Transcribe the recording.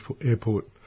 airport